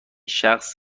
شخص